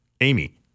Amy